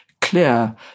clear